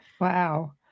Wow